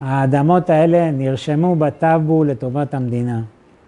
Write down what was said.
האדמות האלה נרשמו בטאבו לטובת המדינה.